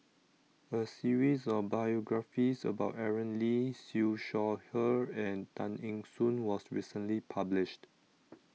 a series of biographies about Aaron Lee Siew Shaw Her and Tay Eng Soon was recently published